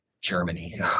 germany